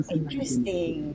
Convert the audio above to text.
interesting